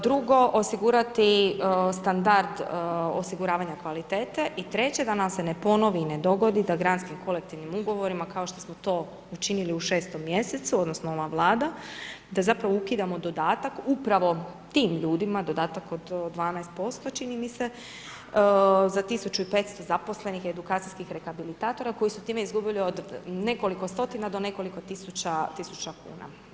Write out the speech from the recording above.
Drugo, osigurati standard osiguravanja kvalitete i treće, da nam se ne ponovi i ne dogodi da… [[Govornik se ne razumije]] Kolektivnim ugovorima, kao što smo to učinili u šestom mjesecu odnosno ova Vlada, da zapravo ukidamo dodatak upravo tim ljudima, dodatak od 12% čini mi se, za 1500 zaposlenih edukacijskih rehabilitatora koji su time izgubili od nekoliko stotina do nekoliko tisuća kuna.